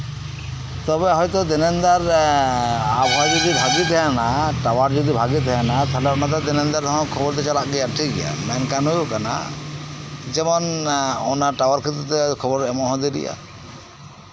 ᱛᱚᱵᱮ ᱦᱚᱭᱛᱳ ᱫᱤᱱᱟᱹᱢ ᱜᱮ ᱟᱵᱚ ᱦᱟᱣᱟ ᱵᱷᱟᱜᱮ ᱛᱟᱦᱮᱱᱟ ᱴᱟᱣᱟᱨ ᱡᱩᱫᱤ ᱵᱷᱟᱜᱮ ᱛᱟᱦᱮᱱᱟ ᱛᱟᱞᱦᱮ ᱚᱱᱟ ᱫᱚ ᱵᱤᱞᱚᱢ ᱛᱮ ᱨᱮᱦᱚᱸ ᱠᱷᱚᱵᱚᱨ ᱫᱚ ᱪᱟᱞᱟᱜ ᱜᱮᱭᱟ ᱴᱷᱤᱠᱜᱮᱭᱟ ᱢᱮᱱᱠᱷᱱ ᱦᱳᱭᱳᱜ ᱠᱟᱱᱟ ᱡᱮᱢᱚᱱ ᱚᱱᱟ ᱴᱟᱣᱟᱨ ᱠᱷᱟᱛᱤᱨ ᱛᱮ ᱚᱱᱟ ᱠᱷᱚᱵᱚᱨ ᱮᱢᱚᱜ ᱦᱚᱸ ᱫᱮᱨᱤᱜᱼᱟ